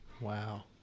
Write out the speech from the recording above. Wow